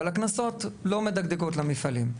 אבל הקנסות לא מדגדגים למפעלים.